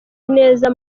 neza